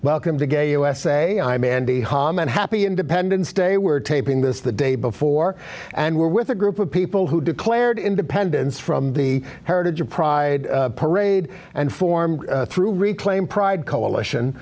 welcome to gay usa i'm andy hom and happy independence day we're taping this the day before and we're with a group of people who declared independence from the heritage of pride parade and formed through reclaim pride coalition